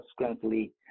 subsequently